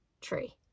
tree